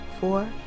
four